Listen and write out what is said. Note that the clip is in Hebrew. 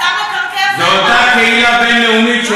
זו אותה קהילה בין-לאומית שלא שמענו את